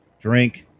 Drink